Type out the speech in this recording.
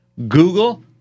Google